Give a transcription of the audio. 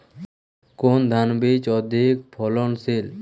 কোন ধান বীজ অধিক ফলনশীল?